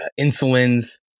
insulins